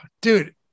dude